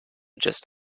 just